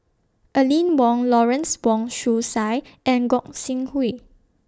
Aline Wong Lawrence Wong Shyun Tsai and Gog Sing Hooi